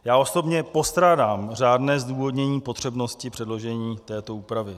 Já osobně postrádám řádné zdůvodnění potřebnosti předložení této úpravy.